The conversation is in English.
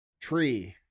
tree